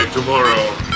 tomorrow